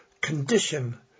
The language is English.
condition